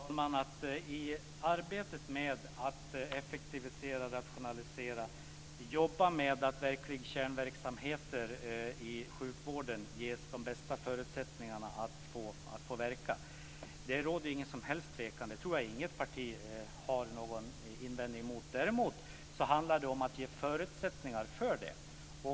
Fru talman! Jag upprepar att jag inte tror att något parti har något att invända mot effektivisering och rationalisering och mot arbete för att ge kärnverksamheter i sjukvården de bästa förutsättningarna att verka. Vi har från Centerpartiets sida redovisat ett antal förslag till hur man skapar förutsättningar för detta.